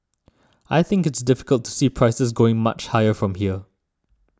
I think it's difficult to see prices going much higher from here